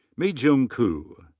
meejung ko.